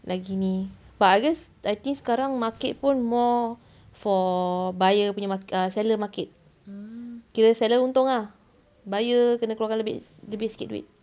lagi ni but I guess I think sekarang market pun more for buyer punya mar~ seller market kira seller untung ah buyer kena keluarkan lebih sikit duit